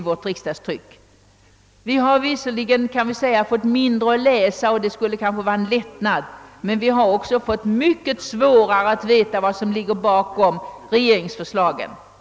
Vi har visserligen fått mindre att läsa och det kan vara en lättnad, men vi har också fått mycket svårare att få reda på vad som ligger bakom regeringsförslagen.